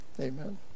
amen